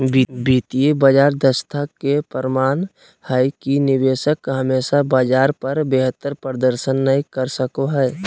वित्तीय बाजार दक्षता के प्रमाण हय कि निवेशक हमेशा बाजार पर बेहतर प्रदर्शन नय कर सको हय